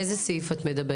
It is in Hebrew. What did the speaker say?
על איזה סעיף את מדברת?